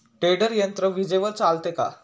Tedder यंत्र विजेवर चालते का?